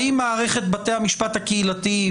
האם מערכת בתי המשפט הקהילתיים,